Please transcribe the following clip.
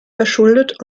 verschuldet